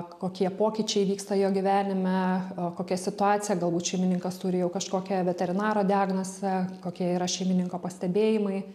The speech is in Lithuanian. kokie pokyčiai vyksta jo gyvenime kokia situacija galbūt šeimininkas turi jau kažkokią veterinaro diagnozę kokie yra šeimininko pastebėjimai